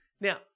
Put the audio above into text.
Now